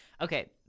Okay